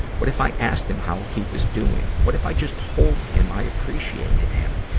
what if i asked him how he was doing? what if i just told him i appreciated him,